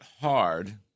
hard